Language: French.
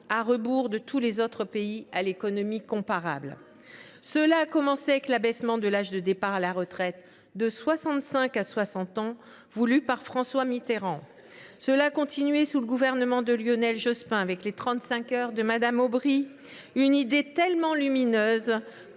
à rebours de tous les autres pays ayant une économie comparable. Cela a commencé avec l’abaissement de l’âge de départ à la retraite de 65 à 60 ans voulu par François Mitterrand. Cela a continué sous le gouvernement de Lionel Jospin avec les 35 heures de Mme Aubry, une idée tellement lumineuse